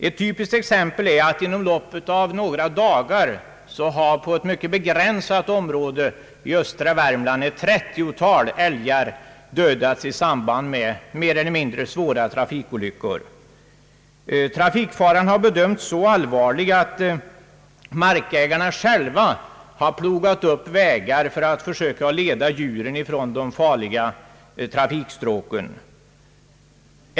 Ett typiskt exempel är att inom loppet av några dagar har på ett mycket begränsat område i östra Värmland ett trettiotal älgar dödats i samband med mer eller mindre svåra trafikolyckor. Trafikfaran har bedömts så allvarlig, att markägare själva plogat upp vägar i terrängen för att försöka leda bort djuren från de farliga trafikstråken.